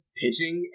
pitching